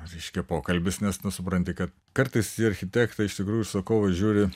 reiškia pokalbis nes nu supranti kad kartais tie architektai iš tikrųjų į užsakovą žiūri